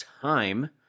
time